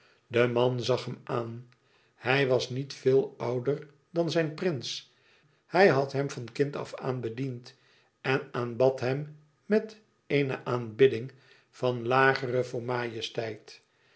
de man zag hem aan hij was niet veel ouder dan zijn prins hij had hem van kind af aan bediend en aanbad hem met eene aanbidding van lagere voor majesteit